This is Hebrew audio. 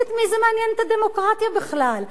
את מי זה מעניין דמוקרטיה בכלל?